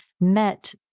met